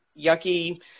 yucky